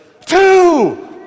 two